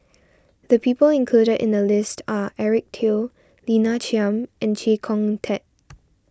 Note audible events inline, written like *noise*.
the people included in the list are Eric Teo Lina Chiam and Chee Kong Tet *noise*